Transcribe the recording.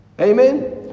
amen